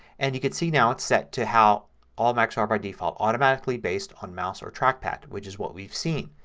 and you can see now it's set to how all macs are by default. automatically based on mouse or trackpad which is what we've seen.